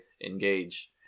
engage